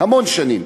המון שנים.